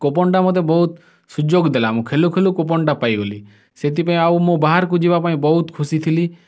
କୁପନ୍ଟା ମୋତେ ବୋହୁତ ସୁଯୋଗ ଦେଲା ମୁଁ ଖେଳୁ ଖେଳୁ କୁପନ୍ଟା ପାଇଗଲି ସେଥିପାଇଁ ଆଉ ମୁଁ ବାହାରକୁ ଯିବା ପାଇଁ ବହୁତ ଖୁସି ଥିଲି